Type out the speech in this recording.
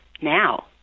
now